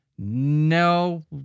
No